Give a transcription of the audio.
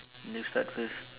you start first